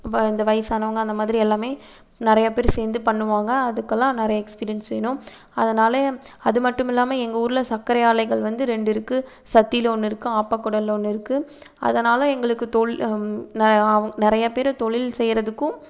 இந்த வயசானவங்க அந்தமாதிரி எல்லாம் நிறையா பேர் சேர்ந்து பண்ணுவாங்க அதுக்கெல்லாம் நிறைய எக்ஸ்பீரியன்ஸ் வேணும் அதனால் அது மட்டும் இல்லாமல் எங்கள் ஊரில் சர்க்கரை ஆலைகள் வந்து ரெண்டு இருக்கு சத்தியில் ஒன்று இருக்கு ஆப்பகுடலில் ஒன்று இருக்கு அதனால் எங்களுக்கு நிறைய பேர் தொழில் செய்கிறதுக்கும்